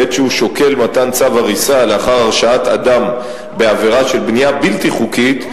בעת שהוא שוקל מתן צו הריסה לאחר הרשעת אדם בעבירה של בנייה בלתי חוקית,